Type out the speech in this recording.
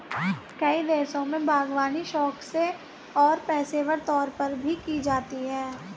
कई देशों में बागवानी शौक से और पेशेवर तौर पर भी की जाती है